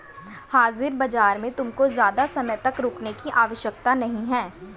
हाजिर बाजार में तुमको ज़्यादा समय तक रुकने की आवश्यकता नहीं है